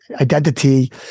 identity